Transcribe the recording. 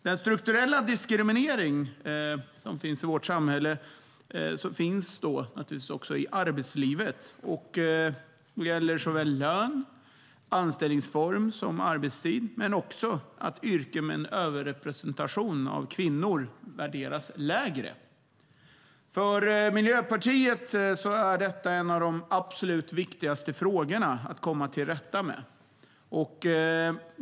Den strukturella diskrimineringen i vårt samhälle finns naturligtvis också i arbetslivet och gäller såväl lön och anställningsform som arbetstid men också att yrken med en överrepresentation av kvinnor värderas lägre. För Miljöpartiet är detta en av de absolut viktigaste frågorna att komma till rätta med.